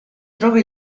trova